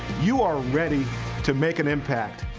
you are ready to make an impact.